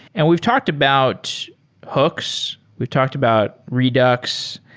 and we've talked about hooks, we've talked about redux.